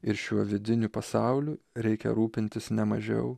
ir šiuo vidiniu pasauliu reikia rūpintis ne mažiau